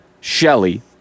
Shelley